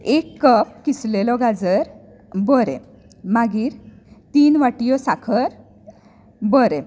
एक कप किसलेलो गाजर बरें मागीर तीन वाटयो साखर बरें